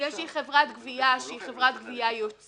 יש לי חברת גבייה שהיא חברת גבייה יוצאת